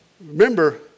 Remember